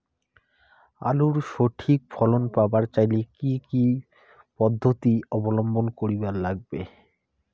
আলুর সঠিক ফলন পাবার চাইলে কি কি পদ্ধতি অবলম্বন করিবার লাগবে?